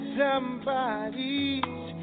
somebody's